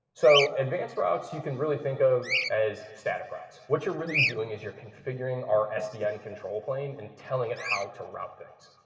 so advanced routes you can really think of as static routes. what you're really doing is you're configuring our sdn control plane and telling it how to route things.